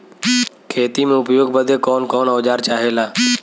खेती में उपयोग बदे कौन कौन औजार चाहेला?